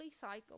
cycle